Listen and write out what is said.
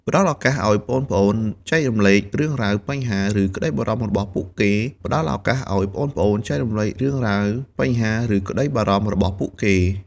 ផ្ដល់ឱកាសឱ្យប្អូនៗ ចែករំលែករឿងរ៉ាវ បញ្ហា ឬក្ដីបារម្ភ របស់ពួកគេ ផ្ដល់ឱកាសឱ្យប្អូនៗ ចែករំលែករឿងរ៉ាវ បញ្ហា ឬក្ដីបារម្ភ របស់ពួកគេ ។